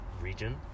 region